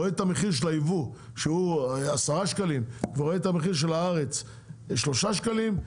למשל ייבוא במחיר של 10 שקלים ותוצרת הארץ 3 שקלים,